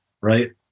right